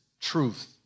truth